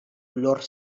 lor